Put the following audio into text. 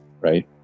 right